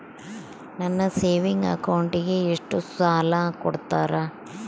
ನನ್ನ ಸೇವಿಂಗ್ ಅಕೌಂಟಿಗೆ ಎಷ್ಟು ಸಾಲ ಕೊಡ್ತಾರ?